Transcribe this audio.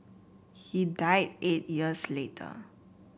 he died eight years later